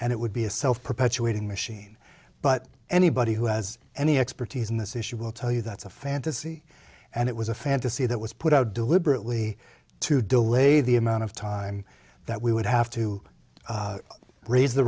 and it would be a self perpetuating machine but anybody who has any expertise in this issue will tell you that's a fantasy and it was a fantasy that was put out deliberately to delay the amount of time that we would have to raise the